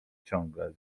ciągle